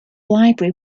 library